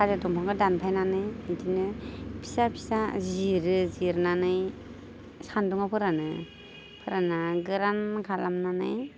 थालिर दंफांखौ दानफायनानै बिदिनो फिसा फिसा जिरो जिरनानै सानदुंआव फोरानो फोरानना गोरान खालामनानै